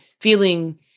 feeling